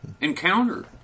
encounter